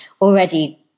already